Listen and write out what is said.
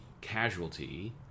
casualty